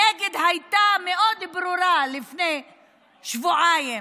הנגד היה מאוד ברור לפני שבועיים.